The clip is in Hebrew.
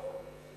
ברור.